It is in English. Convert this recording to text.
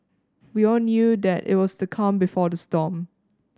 we all knew that it was the calm before the storm